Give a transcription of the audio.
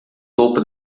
topo